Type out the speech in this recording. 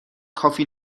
کافی